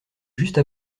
juste